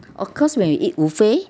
of course when you eat buffet